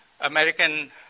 American